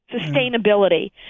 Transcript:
sustainability